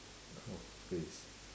what kind of phrase